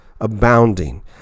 abounding